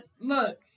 look